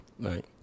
Right